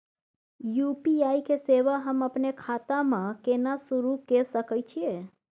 UPI के सेवा हम अपने खाता म केना सुरू के सके छियै?